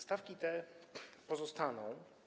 Stawki te pozostaną.